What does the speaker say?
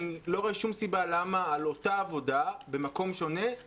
אני לא רואה שום סיבה למה על אותה עבודה במוסד שהוא